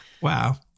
Wow